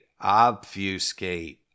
Obfuscate